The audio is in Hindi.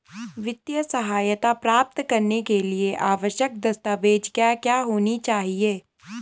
वित्तीय सहायता प्राप्त करने के लिए आवश्यक दस्तावेज क्या क्या होनी चाहिए?